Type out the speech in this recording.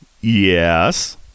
Yes